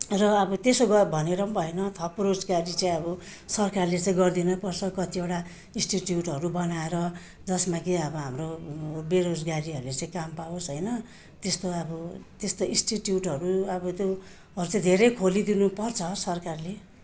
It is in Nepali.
र अब त्यसो भनेर पनि भएन थप रोजगारी चाहिँ अब सरकारले चाहिँ गरिदिनैपर्छ कतिवटा इन्स्टिट्युटहरू बनाएर जसमा कि अब हाम्रो बेरोजगारीहरूले चाहिँ काम पाओस् होइन त्यस्तो अब त्यस्तो इन्स्टिट्युटहरू अब त्योहरू चाहिँ धेरै खोलिदिनुपर्छ सरकारले